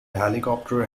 helicopter